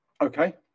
Okay